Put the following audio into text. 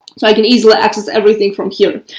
so i can easily access everything from here.